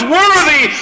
worthy